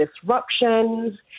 disruptions